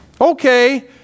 Okay